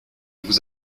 vous